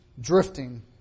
drifting